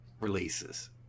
releases